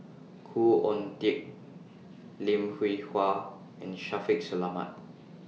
Khoo Oon Teik Lim Hwee Hua and Shaffiq Selamat